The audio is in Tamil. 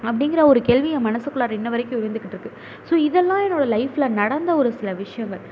அப்படிங்கிற ஒரு கேள்வி என் மனதுக்குள்ளார இன்று வரைக்கும் இருந்துட்டு இருக்குது ஸோ இதெல்லாம் என்னோடய லைஃப்பில் நடந்த ஒரு சில விஷயங்கள்